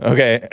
Okay